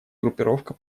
группировка